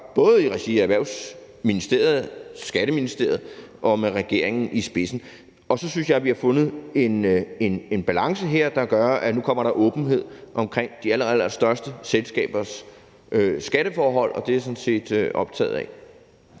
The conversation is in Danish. gør, i regi af både Erhvervsministeriet og Skatteministeriet og med regeringen i spidsen. Og så synes jeg, at vi har fundet en balance her, der gør, at nu kommer der åbenhed omkring de allerallerstørste selskabers skatteforhold, og det er jeg sådan set optaget af.